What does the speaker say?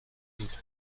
بود